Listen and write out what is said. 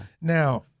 Now